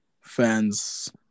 fans